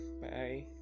bye